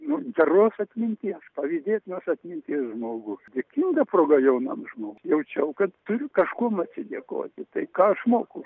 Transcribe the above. nu geros atminties pavydėtinos atminties žmogų dėkinga proga jaunam žmogui jaučiau kad turiu kažkuom atsidėkoti tai ką aš moku